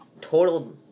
total